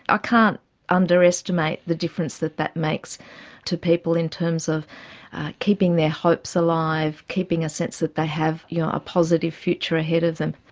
i can't underestimate the difference that that makes to people in terms of keeping their hopes alive, keeping a sense that they have yeah a positive future ahead of them.